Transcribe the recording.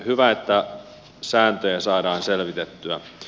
hyvä että sääntöjä saadaan selvitettyä